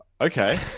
Okay